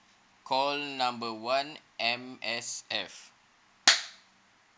call number one M_S_F